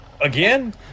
Again